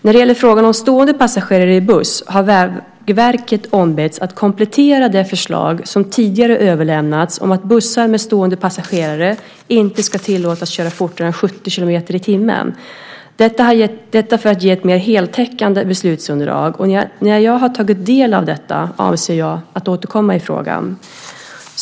När det gäller frågan om stående passagerare i buss har Vägverket ombetts att komplettera det förslag som tidigare överlämnats om att bussar med stående passagerare inte ska tillåtas köra fortare än 70 kilometer i timmen - detta för att ge ett mer heltäckande beslutsunderlag. När jag tagit del av detta avser jag att återkomma i frågan.